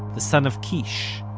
the son of kish,